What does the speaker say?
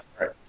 right